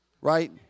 right